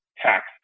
tax